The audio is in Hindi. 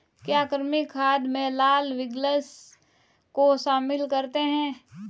क्या कृमि खाद में लाल विग्लर्स को शामिल करते हैं?